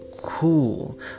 cool